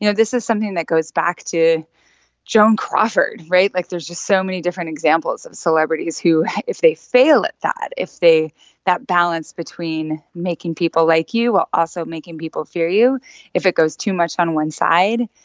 you know this is something that goes back to joan crawford, right? like, there's just so many different examples of celebrities who, if they fail at that, if they that balance between making people like you while also making people fear you if it goes too much on one side,